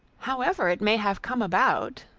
however it may have come about,